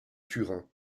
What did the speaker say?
turin